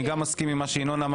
אני מסכים עם מה שאמר ינון,